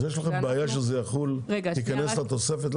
יש לכם בעיה שזה יחול ותיכנס התוספת?